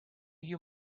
you